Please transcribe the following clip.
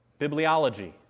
Bibliology